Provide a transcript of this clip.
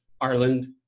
Ireland